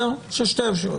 יש שתי אפשרויות.